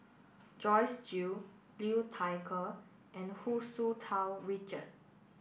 Joyce Jue Liu Thai Ker and Hu Tsu Tau Richard